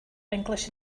english